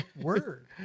word